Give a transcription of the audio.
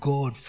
God